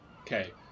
Okay